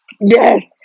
Yes